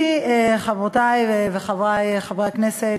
אני, חברותי וחברי חברי הכנסת,